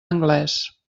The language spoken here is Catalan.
anglès